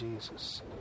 Jesus